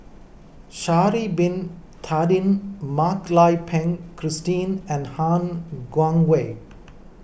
Sha'ari Bin Tadin Mak Lai Peng Christine and Han Guangwei